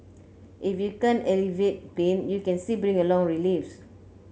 if you can't alleviate pain you can still bring about relief